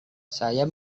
saya